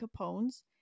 Capone's